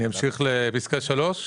להמשיך לפסקה (3)?